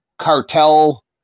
cartel